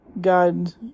God